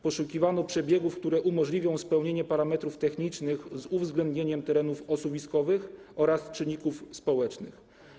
Poszukiwano przebiegów, które umożliwią spełnienie parametrów technicznych, z uwzględnieniem terenów osuwiskowych oraz czynników społecznych.